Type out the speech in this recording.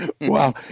Wow